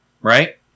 right